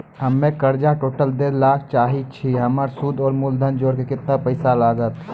हम्मे कर्जा टोटल दे ला चाहे छी हमर सुद और मूलधन जोर के केतना पैसा लागत?